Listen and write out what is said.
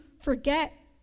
forget